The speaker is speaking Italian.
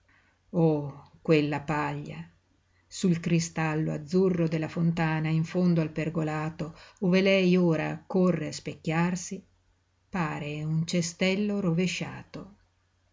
oh quella paglia sul cristallo azzurro della fontana in fondo al pergolato ove lei ora corre a specchiarsi pare un cestello rovesciato